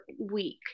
week